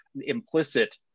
implicit